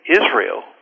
Israel